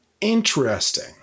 Interesting